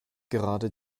gerade